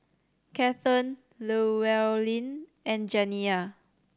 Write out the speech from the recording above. Kathern Llewellyn and Janiya